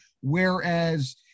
Whereas